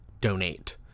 donate